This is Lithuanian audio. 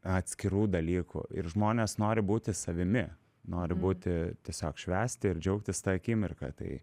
atskirų dalykų ir žmonės nori būti savimi nori būti tiesiog švęsti ir džiaugtis ta akimirka tai